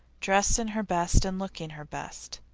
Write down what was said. dressed in her best and looking her best.